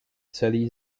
celý